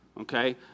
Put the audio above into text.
okay